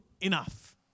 enough